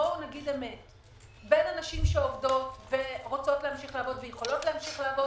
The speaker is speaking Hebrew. בין הנשים שעובדות ורוצות ויכולות להמשיך לעבוד